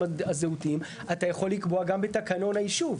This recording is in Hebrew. הזהותיים אתה יכול לקבוע גם בתקנון הישוב.